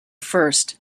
first